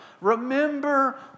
remember